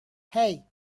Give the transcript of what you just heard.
hey